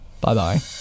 Bye-bye